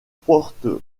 porte